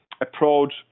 approach